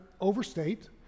overstate